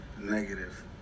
Negative